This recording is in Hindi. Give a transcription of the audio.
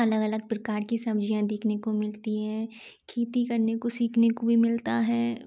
अलग अलग प्रकार की सब्ज़ियाँ देखने को मिलती हैं खेती करने को सीखने को भी मिलता है